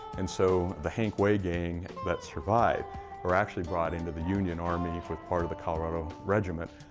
and so the hank way gang that survived are actually brought into the union army with part of the colorado regiment.